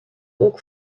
ook